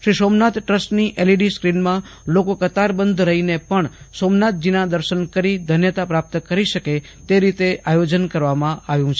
શ્રી સોમનાથ ટ્રસ્ટની એલઈડી સ્ક્રીનમાં લોકો કતારબંધ રહીને પણ સોમનાથજીના દર્શન કરી ધન્યતા પ્રાપ્ત કરી શકે તે રીતે આયોજન કરવામાં આવેલ છે